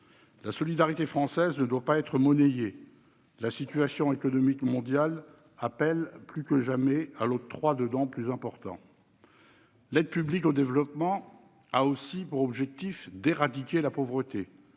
La solidarité française ne doit pas être monnayée. La situation économique mondiale plaide, plus que jamais, pour l'octroi de dons plus importants. L'aide publique au développement a aussi pour objectif d'éradiquer la pauvreté,